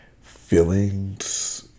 feelings